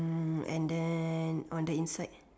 and then on the insides